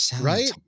Right